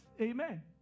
Amen